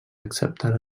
acceptar